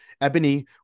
Ebony